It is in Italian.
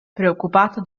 preoccupato